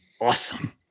awesome